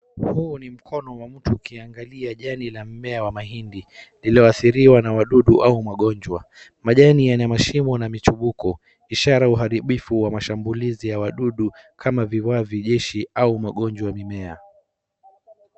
Huu ni mkono wa mtu ukiangalia jani la mmea wa mahindi lilio adhiriwa na wadudu au magonjwa. Majani yenye mashimo na michibuko ishara uharibifu wa mashabulizi ya wadudu kama viwavi jeshi au magonjwa ya mimea.